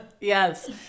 Yes